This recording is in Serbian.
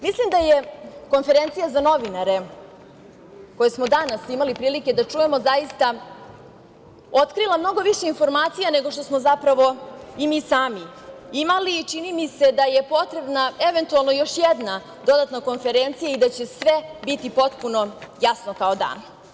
Mislim da je konferencija za novinare koju smo danas imali prilike da čujemo zaista otkrila mnogo više informacija nego što smo zapravo i mi sami imali i čini mi se da je potrebna eventualno još jedna dodatna konferencija i da će sve biti potpuno jasno kao dan.